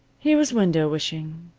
he was window-wishing.